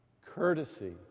courtesy